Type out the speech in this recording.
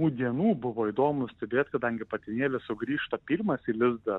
tų dienų buvo įdomu stebėt kadangi patinėlis sugrįžta pirmas į lizdą